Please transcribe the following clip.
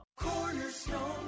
cornerstone